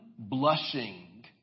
Blushing